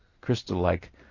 crystal-like